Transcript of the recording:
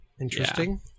Interesting